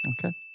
Okay